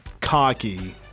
cocky